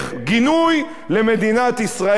גינוי למדינת ישראל,